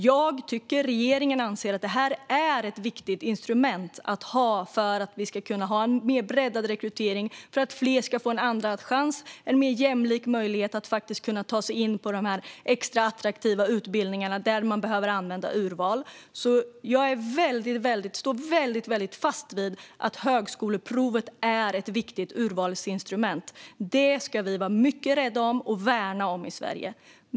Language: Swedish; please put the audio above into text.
Jag och regeringen anser att det är ett viktigt instrument för att vi ska kunna ha en breddad rekrytering och för att fler ska få en andra chans, en mer jämlik möjlighet att ta sig in på de extra attraktiva utbildningar där man behöver använda urval. Jag står väldigt fast vid att högskoleprovet är ett viktigt urvalsinstrument. Det ska vi vara mycket rädda om och värna i Sverige.